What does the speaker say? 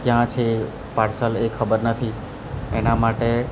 ક્યાં છે પાર્સલ એ ખબર નથી એના માટે